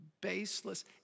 baseless